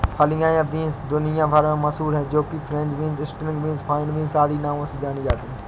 फलियां या बींस दुनिया भर में मशहूर है जो कि French beans, string beans, fine beans आदि नामों से जानी जाती है